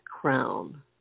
crown